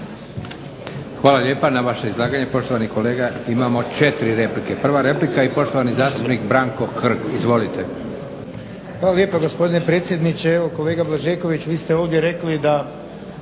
Hvala lijepa. Na vaše izlaganje poštovani kolega imamo 4 replika. Prva replika i poštovani zastupnik Branko Hrg. Izvolite. **Hrg, Branko (HSS)** Hvala lijepa gospodine predsjedniče. Evo kolega Blažeković vi ste ovdje rekli da